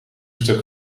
stuk